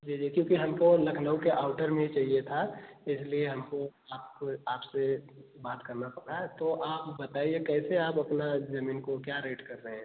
जी जी क्योंकि हमको लखनऊ के आउटर में ही चाहिए था इसलिए हमको आपको आपसे बात करना पड़ा तो आप बताईए कैसे आप अपना जमीन को क्या रेट कर रहे है